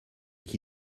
qui